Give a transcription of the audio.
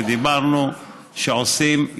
ודיברנו שעושים,